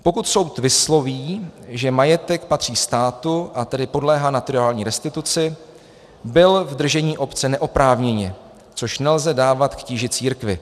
Pokud soud vysloví, že majetek patří státu, a tedy podléhá naturální restituci, byl v držení obce neoprávněně, což nelze dávat k tíži církvi.